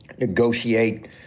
negotiate